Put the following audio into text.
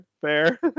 fair